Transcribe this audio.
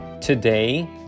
today